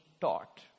taught